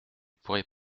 pourrais